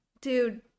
dude